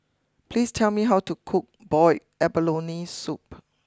please tell me how to cook Boiled Abalone Soup